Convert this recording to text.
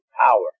power